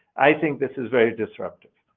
i think this is very disruptive.